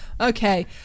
okay